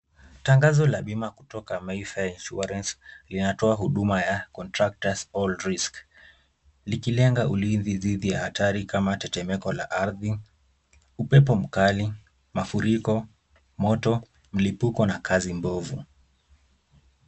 Tangazo la bima kutoka Mayfair Insurance linatoa huduma ya contractors all risk likilenga ulinzi dhidi ya hatari kama tetemeko la ardhi, upepo mkali, mafuriko, moto, mlipuko na kazi mbovu.